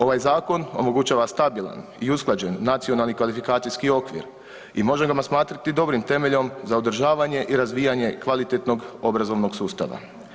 Ovaj zakon omogućava stabilan i usklađen Nacionalni kvalifikacijski okvir i možemo ga smatrati dobrim temeljem za održavanje i razvijanje kvalitetnog obrazovnog sustava.